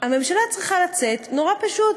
הממשלה צריכה לצאת, נורא פשוט,